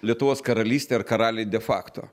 lietuvos karalystė ir karaliai de fakto